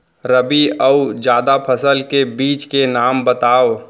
रबि अऊ जादा फसल के बीज के नाम बताव?